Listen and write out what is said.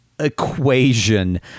Equation